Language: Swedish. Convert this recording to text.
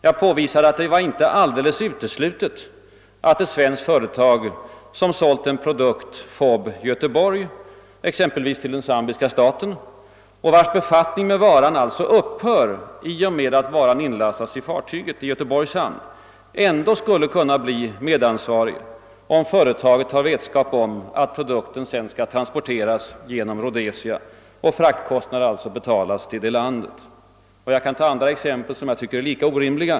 Jag påvisade att det inte var alldeles uteslutet att ett svenskt företag, som sålt en produkt fob Göteborg exempelvis till den zambiska staten och vars befattning med varan alltså upphör i och med att varan inlastas i fartyget i Göteborgs hamn, ändå kunde bli medansvarigt, om företaget hade vetskap om att produkten sedermera skulle transporteras genom Rhodesia och att fraktkostnader alltså skulle betalas till detta land. Jag kan anföra andra exempel, som är lika orimliga.